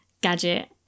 gadget